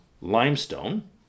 limestone